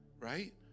right